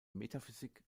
metaphysik